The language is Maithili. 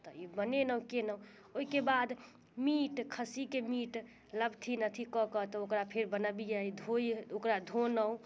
तऽ ई बनेलहुँ कयलहुँ ओहिके बाद मीट खस्सीके मीट लबथिन अथी कऽ कऽ तऽ ओकरा फेर बनऽबियै धोयै ओकरा धोलहुँ